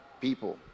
people